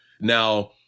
now